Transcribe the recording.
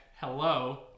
Hello